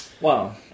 Wow